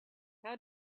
how